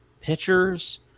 pitchers